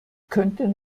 könnten